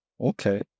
Okay